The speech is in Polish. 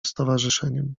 stowarzyszeniem